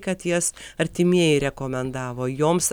kad jas artimieji rekomendavo joms